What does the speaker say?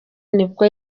nibwo